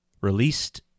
Released